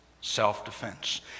Self-defense